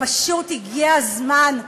ופשוט הגיע הזמן,